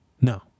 no